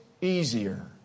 easier